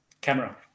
camera